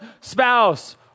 spouse